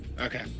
Okay